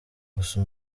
gusa